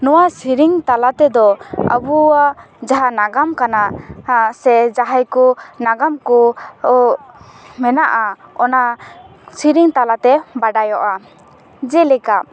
ᱱᱚᱣᱟ ᱥᱮᱨᱤᱧ ᱛᱟᱞᱟ ᱛᱮᱫᱚ ᱟᱵᱚᱣᱟᱜ ᱡᱟᱦᱟᱸ ᱱᱟᱜᱟᱢ ᱠᱟᱱᱟ ᱦᱟᱜ ᱡᱟᱦᱟᱭ ᱠᱚ ᱱᱟᱜᱟᱢ ᱠᱚ ᱢᱮᱱᱟᱜᱼᱟ ᱚᱱᱟ ᱥᱮᱨᱮᱧ ᱛᱟᱞᱟ ᱛᱮ ᱵᱟᱰᱟᱭᱚᱜᱼᱟ ᱡᱮᱞᱮᱠᱟ